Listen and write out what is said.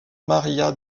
maria